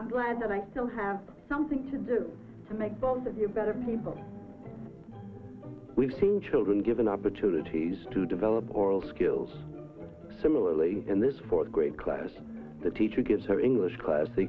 i'm glad that i still have something to do to make both of you better people we've seen children given opportunities to develop oral skills similarly in this fourth grade class the teacher gives her english class the